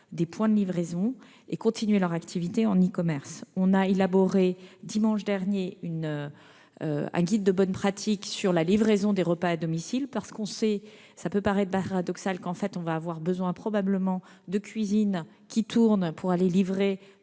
des points de livraison et poursuivre leur activité en e-commerce. On a élaboré dimanche dernier un guide de bonnes pratiques sur la livraison des repas à domicile. Cela peut paraître paradoxal, mais on va avoir besoin de cuisines qui tournent pour aller livrer